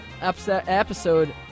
episode